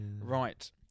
Right